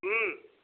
हूँ